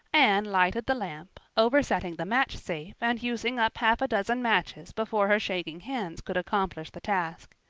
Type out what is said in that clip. anne lighted the lamp, oversetting the match safe and using up half a dozen matches before her shaking hands could accomplish the task.